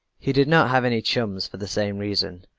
he did not have any chums for the same reason,